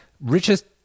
richest